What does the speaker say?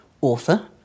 author